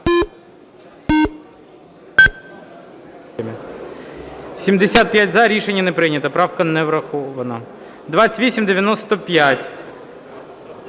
За-72 Рішення не прийнято, правка не врахована. 3005.